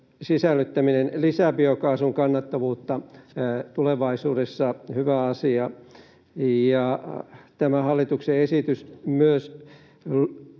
sisällyttäminen lisää biokaasun kannattavuutta tulevaisuudessa. Hyvä asia. Tämä hallituksen esitys myös